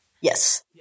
Yes